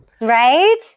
Right